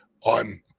on